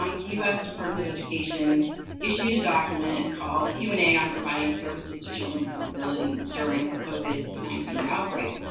um the u s. department of education issued a document and called q and a on providing services to children with disabilities during the covid nineteen outbreak.